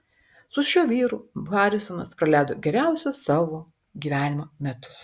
su šiuo vyru harisonas praleido geriausius savo gyvenimo metus